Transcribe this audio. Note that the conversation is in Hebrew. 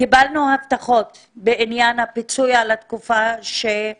וקיבלנו הבטחות בעניין הפיצוי על התקופה שבה